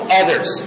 others